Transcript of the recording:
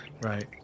Right